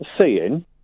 seeing